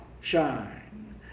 shine